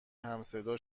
همصدا